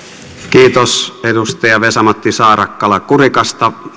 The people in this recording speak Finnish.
kiitos edustaja vesa matti saarakkala kurikasta